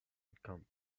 encampment